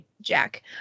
jack